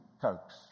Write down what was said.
Cokes